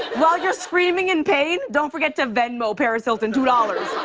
while you're screaming in pain, don't forget to venmo paris hilton two dollars.